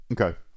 okay